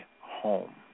home